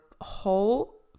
whole